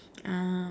ah